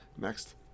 Next